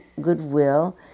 goodwill